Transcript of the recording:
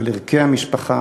על ערכי המשפחה,